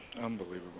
Unbelievable